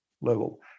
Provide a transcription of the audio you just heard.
level